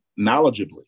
knowledgeably